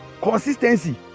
Consistency